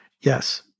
Yes